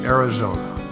Arizona